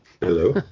Hello